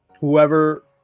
Whoever